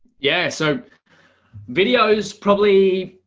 yeah, so videos probably,